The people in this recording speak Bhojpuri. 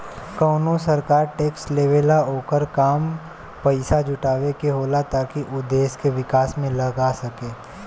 कवनो सरकार टैक्स लेवेला ओकर काम पइसा जुटावे के होला ताकि उ देश के विकास में लगा सके